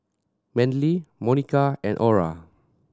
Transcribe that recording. Manly Monica and Ora